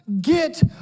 get